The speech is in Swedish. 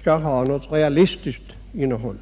skall ha ett realistiskt innehåll.